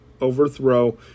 overthrow